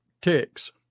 Ticks